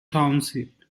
township